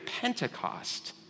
Pentecost